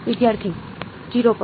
વિદ્યાર્થી 0 પર